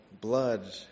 blood